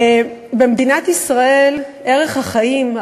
במדינת ישראל ערך החיים,